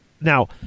now